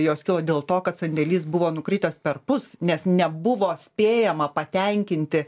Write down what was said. jos kilo dėl to kad sandėlys buvo nukritęs perpus nes nebuvo spėjama patenkinti